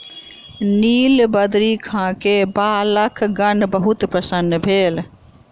नीलबदरी खा के बालकगण बहुत प्रसन्न भेल